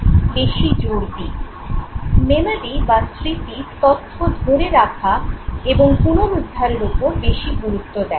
"memory" বা স্মৃতি তথ্য ধরে রাখা এবং পুনরুদ্ধারের ওপর বেশি গুরুত্ব দেয়